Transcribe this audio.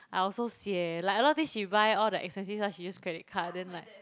I also sian like a lot of things she buy all the expensive stuff she use credit card then like